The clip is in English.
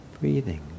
breathing